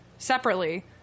Separately